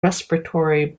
respiratory